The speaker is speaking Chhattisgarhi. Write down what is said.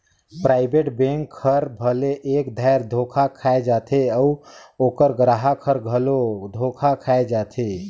पराइबेट बेंक हर भले एक धाएर धोखा खाए जाथे अउ ओकर गराहक हर घलो धोखा खाए जाथे